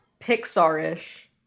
Pixar-ish